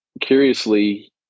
curiously